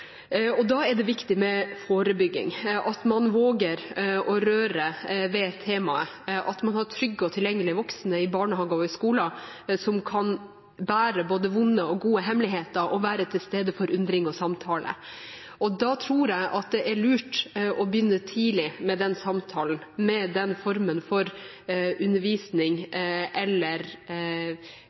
Da er det viktig med forebygging, at man våger å røre ved temaet, at man har trygge og tilgjengelige voksne i barnehagen og i skolen som kan bære både vonde og gode hemmeligheter og være til stede for undring og samtale. Da tror jeg det er lurt å begynne tidlig med den samtalen, med den formen for undervisning eller